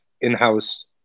in-house